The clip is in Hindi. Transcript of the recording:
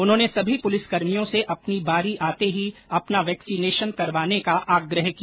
उन्होंने सभी पुलिस कर्मियों से अपनी बारी आते ही अपना वैक्सीनेशन करवाने का आग्रह किया